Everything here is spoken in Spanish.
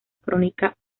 crónica